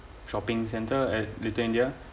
shopping centre at little india